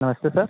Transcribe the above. नमस्ते सर